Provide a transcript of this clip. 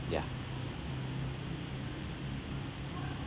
ya